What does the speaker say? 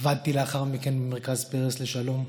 עבדתי לאחר מכן במרכז פרס לשלום,